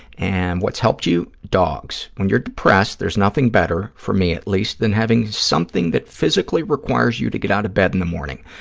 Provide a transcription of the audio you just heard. and what's helped you? dogs. when you're depressed, there's nothing better, for me at least, than having something that physically requires you to get out of bed in the morning,